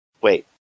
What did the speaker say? Wait